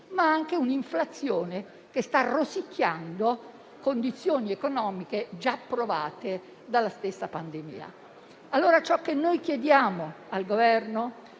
ma anche un'inflazione che sta rosicchiando condizioni economiche già provate dalla stessa pandemia. Ciò che noi chiediamo al Governo,